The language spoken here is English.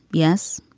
yes.